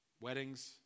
weddings